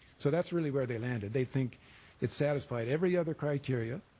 so that's really where they landed. they think it satisfied every other criteria